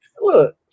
Look